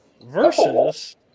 versus